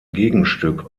gegenstück